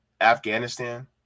Afghanistan